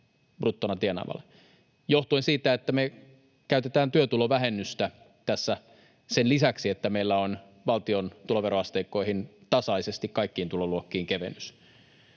bruttona tienaavalle johtuen siitä, että me käytetään työtulovähennystä tässä sen lisäksi, että meillä on kevennys valtion tuloveroasteikkoihin tasaisesti kaikkiin tuloluokkiin.